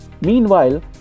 Meanwhile